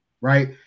right